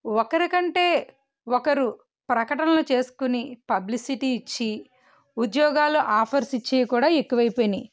ఒకరి కంటే ఒకరు ప్రకటనలు చేసుకొని పబ్లిసిటీ ఇచ్చి ఉద్యోగాలు ఆఫర్స్ ఇచ్చి కూడా ఎక్కువ అయిపోయినాయి